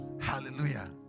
Hallelujah